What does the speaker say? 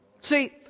See